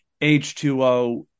H2O